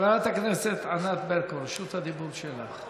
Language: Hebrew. חברת הכנסת ענת ברקו, רשות הדיבור שלך.